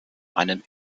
einem